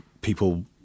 people